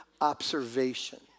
observation